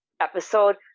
episode